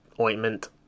ointment